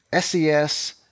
SES